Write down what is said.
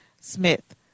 Smith